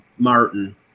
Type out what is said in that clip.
Martin